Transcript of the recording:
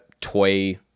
toy